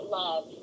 love